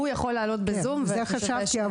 הוא יכול לעלות בזום --- כן, זה מה שחשבתי.